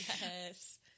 yes